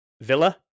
Villa